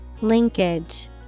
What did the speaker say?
Linkage